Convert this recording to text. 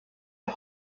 der